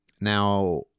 now